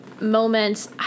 moments